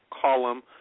column